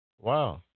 Wow